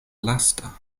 lasta